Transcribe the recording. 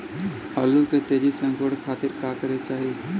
आलू के तेजी से अंकूरण खातीर का करे के चाही?